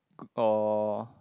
or